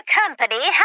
company